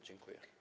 Dziękuję.